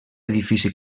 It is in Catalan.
edifici